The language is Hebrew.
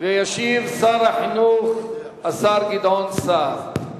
ישיב שר החינוך גדעון סער.